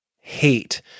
hate